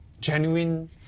genuine